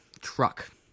truck